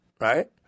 right